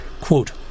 Quote